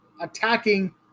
attacking